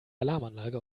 alarmanlage